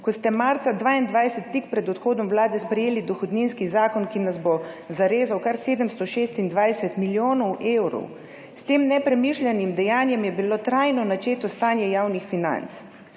ko ste marca 2022, tik pred odhodom vlade, sprejeli dohodninski zakon, ki nas bo zarezal kar 726 milijonov evrov. S tem nepremišljenim dejanjem je bilo trajno načeto stanje javnih financ.